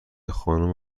خانم